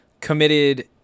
committed